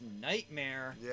nightmare